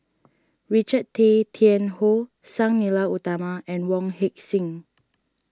Richard Tay Tian Hoe Sang Nila Utama and Wong Heck Sing